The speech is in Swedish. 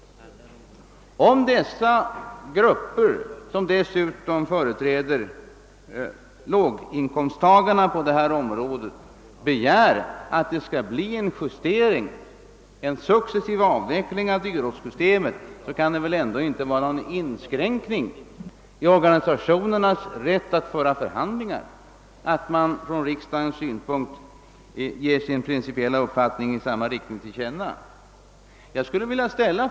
Om dessa organisationer, som dessutom företräder låginkomsttagarna på detta område, begär att det skall bli en justering, d. v. s. en successiv avveckling av dyrortssystemet, kan det väl ändå inte innebära någon inskränkning i organisationernas rätt att föra förhandlingar att riksdagen ger till känna sin principiella uppfattning i samma riktning.